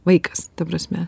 vaikas ta prasme